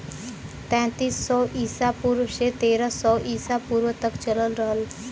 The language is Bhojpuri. तैंतीस सौ ईसा पूर्व से तेरह सौ ईसा पूर्व तक चलल रहल